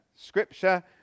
Scripture